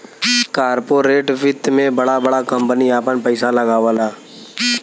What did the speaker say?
corporate वित्त मे बड़ा बड़ा कम्पनी आपन पइसा लगावला